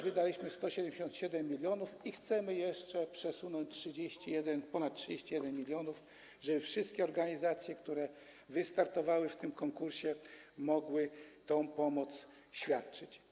Wydaliśmy już 177 mln zł i chcemy jeszcze przesunąć ponad 31 mln zł, żeby wszystkie organizacje, które wystartowały w tym konkursie, mogły tę pomoc świadczyć.